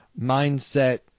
mindset